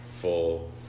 full